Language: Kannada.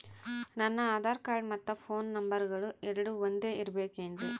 ನನ್ನ ಆಧಾರ್ ಕಾರ್ಡ್ ಮತ್ತ ಪೋನ್ ನಂಬರಗಳು ಎರಡು ಒಂದೆ ಇರಬೇಕಿನ್ರಿ?